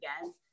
again